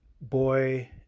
boy